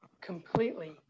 completely